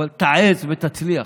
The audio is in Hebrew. אבל תעז ותצליח,